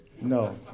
No